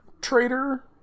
trader